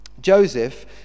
Joseph